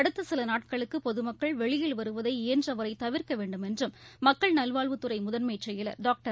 அடுத்தசிலநாட்களுக்குபொதுமக்கள் வெளியில் வருவதை இயன்றவரைதவிாக்கவேண்டும் என்றும் மக்கள் நல்வாழ்வுத்துறைமுதன்மைச் செயலர் டாக்டர்